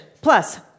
plus